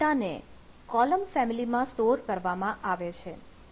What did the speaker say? એટલે ડેટાને કોલમ ફેમિલીમાં સ્ટોર કરવામાં આવે છે